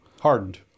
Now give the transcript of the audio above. Hardened